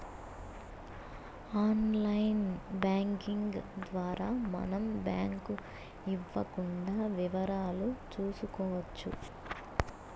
online banking ద్వారా మనం bank ఇవ్వకుండా వివరాలు చూసుకోవచ్చు